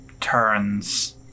turns